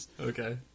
Okay